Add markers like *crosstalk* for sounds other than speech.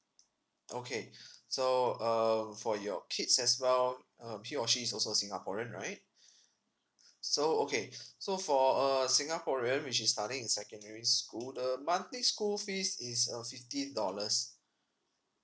okay *breath* so um for your kids as well um he or she is also a singaporean right *breath* so okay *breath* so for a singaporean which is studying secondary school the monthly school fees is uh fifty dollars